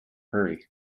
hurry